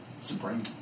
Supreme